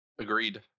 Agreed